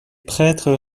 prêtres